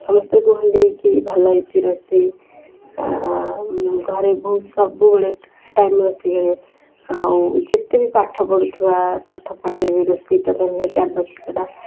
ସମସ୍ତେ କୁହନ୍ତି କି ଭଲ ହେଇଚି ରୋଷେଇ ଆଉ ଘରେ ବୋଉ ସବୁବେଳେ ଟାଇମ୍ ରୋଷେଇ କରେ ଆଉ ଯେତେ ବି ପାଠ ପଢ଼ୁଥୁବା ପାଠ ପଢ଼ିଲେ ବି ରୋଷେଇଟାତ ନିହାତି ଆବଶ୍ୟକତା